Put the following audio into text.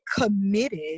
committed